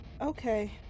Okay